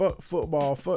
football